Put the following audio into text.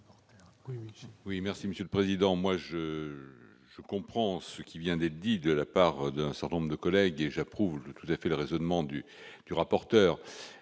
Oui merci monsieur le président moi je, je comprends ce qui vient d'être dit, de la part d'un certain nombre de collègues et j'approuve tout à fait le raisonnement du du rapporteur